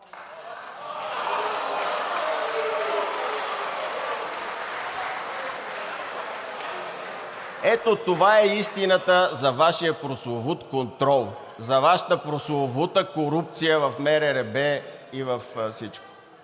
Ето това е истината за Вашия прословут контрол, за Вашата прословута корупция в МРРБ и във всичко.